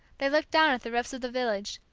they looked down at the roofs of the village,